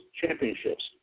championships